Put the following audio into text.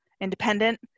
independent